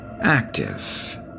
active